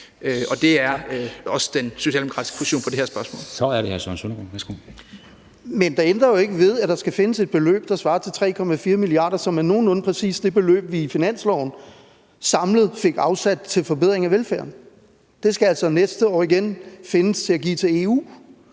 er det hr. Søren Søndergaard. Værsgo. Kl. 13:50 Søren Søndergaard (EL): Men det ændrer ikke ved, at der skal findes et beløb, der svarer til 3,4 mia. kr., som er nogenlunde præcis det beløb, vi i finansloven samlet fik afsat til forbedring af velfærden. Det skal altså næste år igen findes til at give til EU,